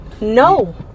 no